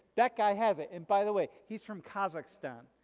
that guy has it and by the way he's from kazakhstan,